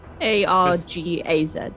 A-R-G-A-Z